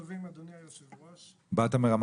תודה רבה